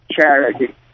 charity